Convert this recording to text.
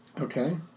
Okay